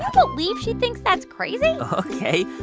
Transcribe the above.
believe she thinks that's crazy? ok.